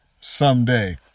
someday